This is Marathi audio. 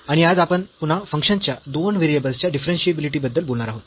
आणि आज आपण पुन्हा फंक्शन च्या दोन व्हेरिएबल्सच्या डिफरन्शियाबिलिटी बद्दल बोलणार आहोत